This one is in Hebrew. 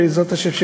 בעזרת השם,